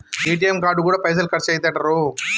ATM కార్డుకు గూడా పైసలు ఖర్చయితయటరో